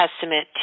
testament